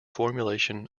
formulation